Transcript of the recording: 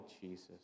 Jesus